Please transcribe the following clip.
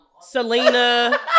Selena